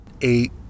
eight